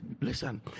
listen